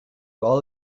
all